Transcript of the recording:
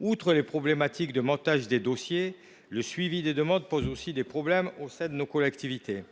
Outre les difficultés à monter les dossiers, le suivi des demandes pose aussi des problèmes au sein de nos collectivités.